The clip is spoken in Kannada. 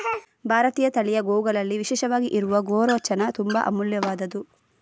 ಭಾರತೀಯ ತಳಿಯ ಗೋವುಗಳಲ್ಲಿ ವಿಶೇಷವಾಗಿ ಇರುವ ಗೋರೋಚನ ತುಂಬಾ ಅಮೂಲ್ಯವಾದ್ದು